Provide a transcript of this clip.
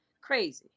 Crazy